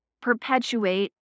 perpetuate